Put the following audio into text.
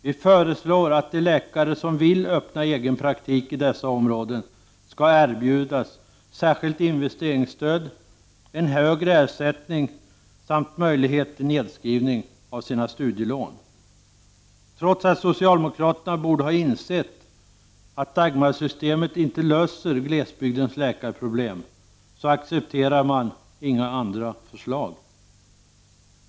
Vi föreslår att de läkare som vill öppna egen praktik i dessa områden skall erbjudas särskilt investeringsstöd, en högre ersättning samt en möjlighet till nedskrivning av sina studielån. Trots att socialdemokraterna borde ha insett att Dagmarsystemet inte löser glesbygdens läkarproblem, accepterar man inga andra förslag.